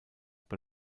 bei